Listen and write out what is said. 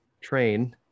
train